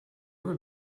ever